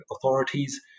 authorities